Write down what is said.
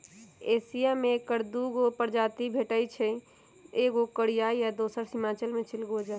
Asia में ऐकर दू गो प्रजाति भेटछइ एगो कोरियाई आ दोसर हिमालय में चिलगोजा